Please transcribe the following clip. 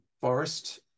forest